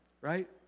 right